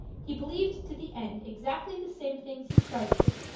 he believed to the end exactly the same things he started with.